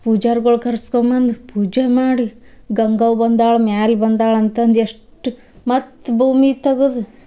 ಪೂಜಾರ್ಗಳ ಕರ್ಸ್ಕೊಂಬಂದು ಪೂಜೆ ಮಾಡಿ ಗಂಗವ್ವ ಬಂದಾಳೆ ಮ್ಯಾಲೆ ಬಂದಾಳೆ ಅಂತಂದು ಎಷ್ಟು ಮತ್ತು ಭೂಮಿ ತಗದು